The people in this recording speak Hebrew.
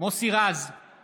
מוסי רז, נגד אפרת רייטן